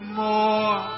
more